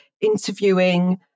interviewing